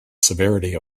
severity